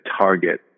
target